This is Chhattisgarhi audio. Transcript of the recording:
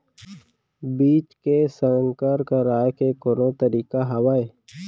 बीज के संकर कराय के कोनो तरीका हावय?